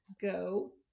Go